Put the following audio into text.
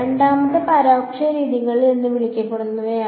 രണ്ടാമത്തേത് പരോക്ഷ രീതികൾ എന്ന് വിളിക്കപ്പെടുന്നതാണ്